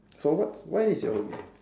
so what's what is your hobby